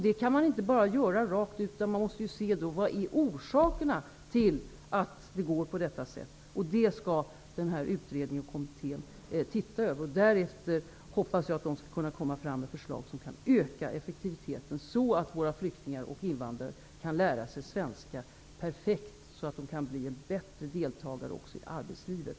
Men då måste man se på orsakerna till att det går till som det gör, vilket den här kommittén också skall undersöka. Därefter hoppas jag att man skall kunna lägga fram förslag som kan bidra till att effektiviten ökas, så att flyktingar och invandrare kan lära sig svenska perfekt. Då kan de också bättre delta i arbetslivet i